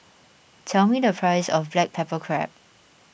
tell me the price of Black Pepper Crab